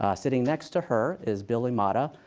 ah sitting next to her is bill imada.